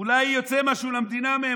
אולי יוצא משהו למדינה מהם.